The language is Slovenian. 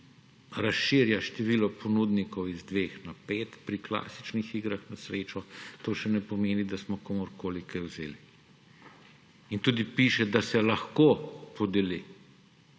razširja število ponudnikov iz dveh na pet pri klasičnih igrah na srečo, to še ne pomeni, da smo komurkoli kaj vzeli. In tudi piše, da se lahko podeli,